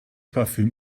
parfüm